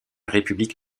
république